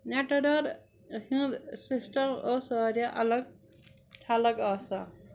نٮ۪ٹاڈار Hind system اوس وارِیاہ الگ تھلک آسان